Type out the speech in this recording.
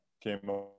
came